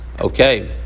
Okay